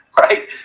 right